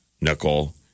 nickel